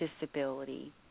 disability